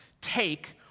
take